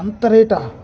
అంత రేటా